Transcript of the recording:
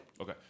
Okay